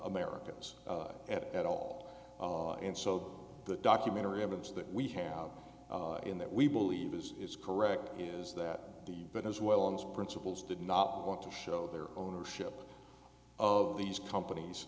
americans at all and so the documentary evidence that we have in that we believe is is correct is that the but as well as principals did not want to show their ownership of these companies